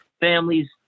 families